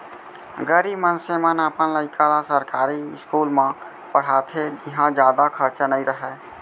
गरीब मनसे मन अपन लइका ल सरकारी इस्कूल म पड़हाथे जिंहा जादा खरचा नइ रहय